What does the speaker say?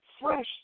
fresh